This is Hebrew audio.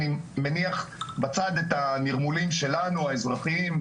אני מניח בצד את הנרמולים שלנו האזרחיים,